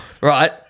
Right